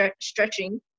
stretching